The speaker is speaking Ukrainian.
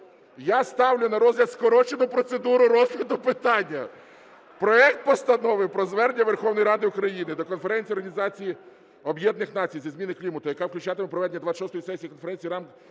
Я ставлю на розгляд скорочену процедуру розгляду питання - проект Постанови про звернення Верховної Ради України до Конференції Організації Об'єднаних Націй зі зміни клімату, яка включатиме проведення 26-ї сесії Конференції Сторін